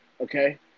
Okay